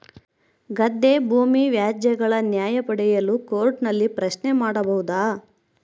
ಗದ್ದೆ ಭೂಮಿ ವ್ಯಾಜ್ಯಗಳ ನ್ಯಾಯ ಪಡೆಯಲು ಕೋರ್ಟ್ ನಲ್ಲಿ ಪ್ರಶ್ನೆ ಮಾಡಬಹುದಾ?